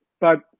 but-